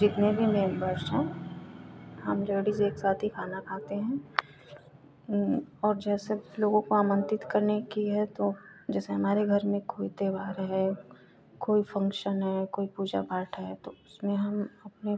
जितने भी मेम्बर्स हैं हम से एक साथ ही खाना खाते हैं और जैसे लोगों को आमन्त्रित करने की है तो जैसे हमारे घर में कोई त्योहार है कोई फ़न्क्शन है कोई पूजा पाठ है तो उसमें हम अपने